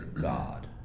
god